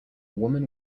woman